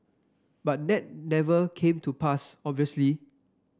but that never came to pass obviously